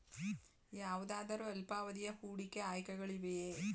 ಯಾವುದಾದರು ಅಲ್ಪಾವಧಿಯ ಹೂಡಿಕೆ ಆಯ್ಕೆಗಳಿವೆಯೇ?